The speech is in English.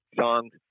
songs